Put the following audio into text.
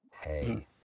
Hey